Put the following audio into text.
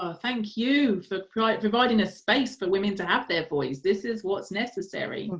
ah thank you for for ah providing a space for women to have their voice. this is what's necessary.